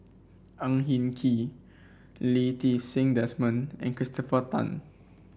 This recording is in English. Ang Hin Kee Lee Ti Seng Desmond and Christopher Tan